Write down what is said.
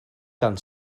gan